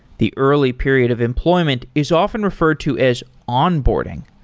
the early period of employment is often referred to as onboarding.